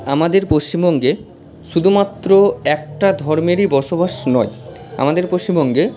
আমাদের পশ্চিমবঙ্গে শুধুমাত্র একটা ধর্মেরই বসবাস নয় আমাদের পশিমবঙ্গে